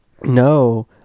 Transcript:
No